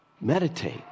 meditate